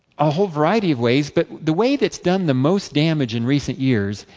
a whole variety of ways. but the way that is done the most damage in recent years,